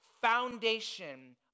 foundation